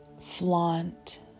flaunt